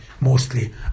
mostly